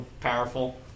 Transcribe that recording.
powerful